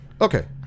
Okay